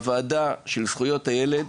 הוועדה של זכויות הילד,